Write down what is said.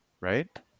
right